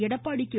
Edappadi K